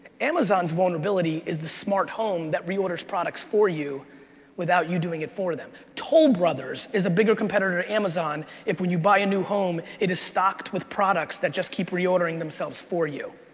amazon's vulnerability is the smart home that reorders products for you without you doing it for them. toll brothers is a bigger competitor to amazon if when you buy a new home, it is stocked with products that just keep reordering themselves for you.